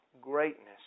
greatness